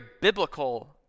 biblical